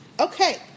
Okay